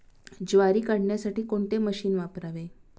ज्वारी काढण्यासाठी कोणते मशीन वापरावे?